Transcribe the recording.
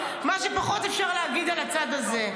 מה שפחות אפשר להגיד על הצד הזה.